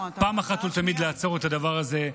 אחת ולתמיד לעצור את הדבר הזה,